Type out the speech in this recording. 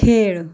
खेळ